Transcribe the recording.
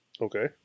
Okay